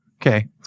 Okay